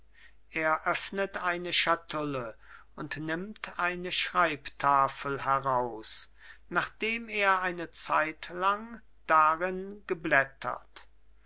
er öffnet eine schatulle und nimmt eine schreibtafel heraus nachdem er eine zeitlang darin geblättert